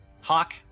Hawk